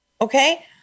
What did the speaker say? Okay